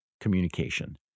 communication